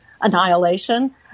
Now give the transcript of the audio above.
annihilation